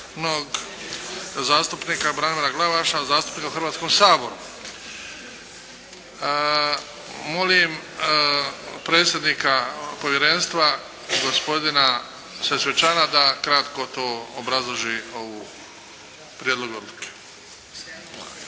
zastupnika Branimira Glavaša, zastupnika u Hrvatskom saboru. Molim predsjednika povjerenstva gospodina Sesvečana da kratko obrazloži prijedlog odluke.